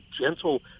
gentle